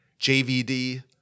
JVD